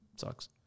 sucks